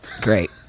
Great